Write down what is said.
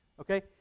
Okay